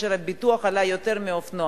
והביטוח עלה יותר מהאופנוע.